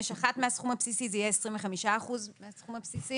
מהסכום הבסיסי" זה יהיה 25% מהסכום הבסיסי.